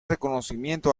reconocimiento